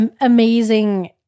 amazing